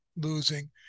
losing